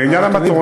לעניין המטרונית.